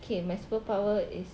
K my superpower is